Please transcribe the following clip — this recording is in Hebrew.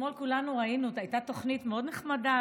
אתמול כולנו ראינו, הייתה תוכנית מאוד נחמדה,